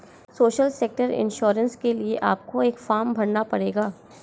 social sector insurance के लिए आपको एक फॉर्म भरना पड़ेगा